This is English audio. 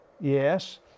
Yes